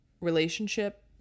relationship